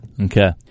Okay